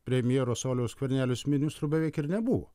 premjero sauliaus skvernelis ministrų beveik ir nebuvo